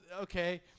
okay